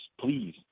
please